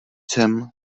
sem